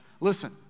Listen